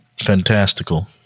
Fantastical